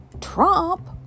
Trump